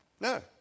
No